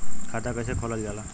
खाता कैसे खोलल जाला?